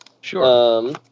Sure